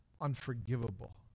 unforgivable